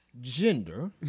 gender